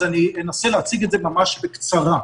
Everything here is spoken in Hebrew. אז אנסה להציג את זה ממש בקצרה.